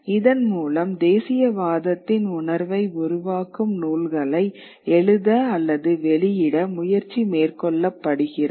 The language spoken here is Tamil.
இதன் மூலம் தேசியவாதத்தின் உணர்வை உருவாக்கும் நூல்களை எழுத அல்லது வெளியிட முயற்சி மேற்கொள்ளப்படுகிறது